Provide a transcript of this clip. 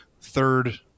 third